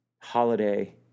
holiday